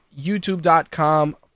youtube.com